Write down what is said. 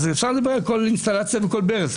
אז אפשר לדבר על כל אינסטלציה וכל ברז,